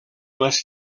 les